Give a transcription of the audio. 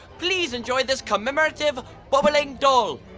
please enjoy this commemorative bobbling doll.